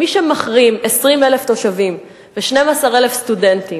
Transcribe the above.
מי שמחרים 20,000 תושבים ו-12,000 סטודנטים